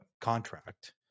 contract